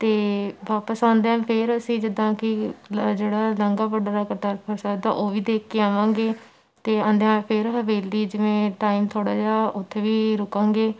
ਅਤੇ ਵਾਪਸ ਆਉਂਦਿਆਂ ਫਿਰ ਅਸੀਂ ਜਿੱਦਾਂ ਕਿ ਲ ਜਿਹੜਾ ਬਾਘਾ ਬੌਰਡਰ ਹੈ ਕਰਤਾਰਪੁਰ ਸਾਹਿਬ ਦਾ ਉਹ ਵੀ ਦੇਖ ਕੇ ਆਵਾਂਗੇ ਅਤੇ ਆਉਂਦਿਆਂ ਫਿਰ ਹਵੇਲੀ ਜਿਵੇਂ ਟਾਈਮ ਥੋੜ੍ਹਾ ਜਿਹਾ ਉੱਥੇ ਵੀ ਰੁਕਾਂਗੇ